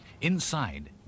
Inside